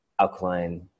alkaline